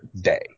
day